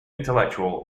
intellectual